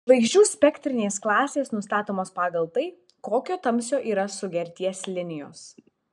žvaigždžių spektrinės klasės nustatomos pagal tai kokio tamsio yra sugerties linijos